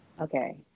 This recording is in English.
Okay